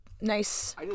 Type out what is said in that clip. nice